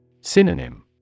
Synonym